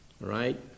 right